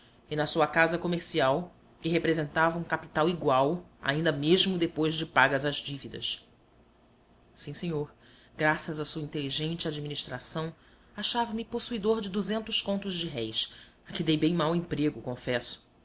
e na sua casa comercial que representava um capital igual ainda mesmo depois de pagas as dívidas sim senhor graças à sua inteligente administração achava-me possuidor de duzentos contos de réis a que dei bem mau emprego confesso